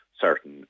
certain